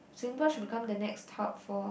Singapore should become the next hub for